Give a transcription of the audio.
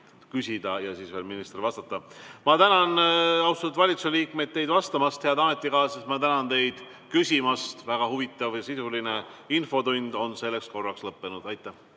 küsida ja siis veel minister vastata. Ma tänan, austatud valitsuse liikmed, teid vastamast! Head ametikaaslased, ma tänan teid küsimast! Väga huvitav ja sisuline infotund on selleks korraks lõppenud. Aitäh!